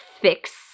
fix